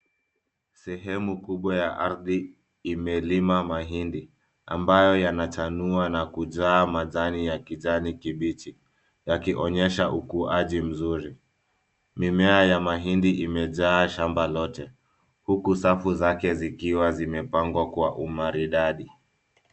Sehemu kubwa ya ardhi imelima mahindi ambayo yanachanua na kujaa majani ya kijani kibichi yakionyesha ukuaji mzuri. Mimea ya mahindi imejaa shamba lote huku safu zake zikiwa zimepangwa kwa umaridadi.